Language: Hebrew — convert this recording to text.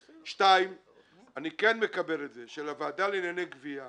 שתיים, אני כן מקבל את זה שלוועדה לענייני גבייה